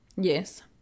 yes